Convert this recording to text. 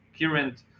current